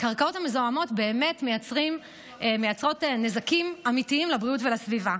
הקרקעות המזוהמות באמת מייצרות נזקים אמיתיים לבריאות ולסביבה.